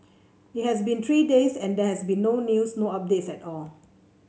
it has been three days and there has been no news no updates at all